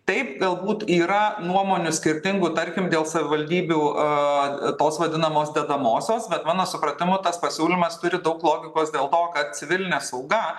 taip galbūt yra nuomonių skirtingų tarkim dėl savivaldybių aaa tos vadinamos dedamosios bet mano supratimu tas pasiūlymas turi daug logikos dėl to kad civilinė sauga